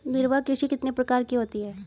निर्वाह कृषि कितने प्रकार की होती हैं?